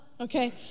okay